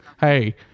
Hey